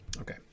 okay